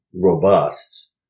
robust